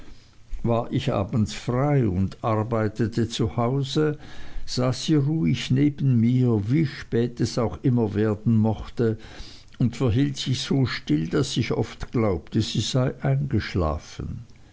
war ich abends frei und arbeitete zu hause saß sie ruhig neben mir wie spät es auch immer werden mochte und verhielt sich so still daß ich oft glaubte sie sei eingeschlafen